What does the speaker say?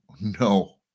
No